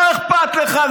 לא אכפת לך,